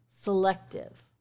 selective